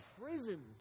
prison